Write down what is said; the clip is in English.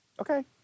Okay